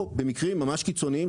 או במקרים ממש קיצוניים,